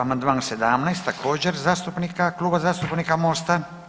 Amandman 17. također zastupnika Kluba zastupnika MOST-a.